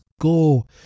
go